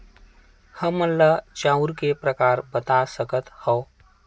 हमन ला चांउर के प्रकार बता सकत हव?